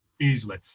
easily